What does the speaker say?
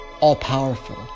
all-powerful